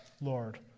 Lord